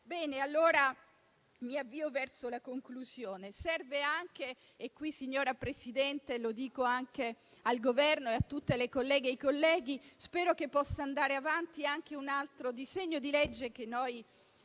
Bene, mi avvio verso la conclusione. Signora Presidente, lo dico al Governo e a tutte le colleghe e i colleghi: spero che possa andare avanti un altro disegno di legge che noi abbiamo